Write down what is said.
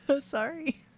Sorry